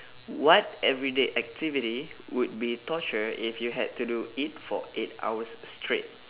what everyday activity would be torture if you had to do it for eight hours straight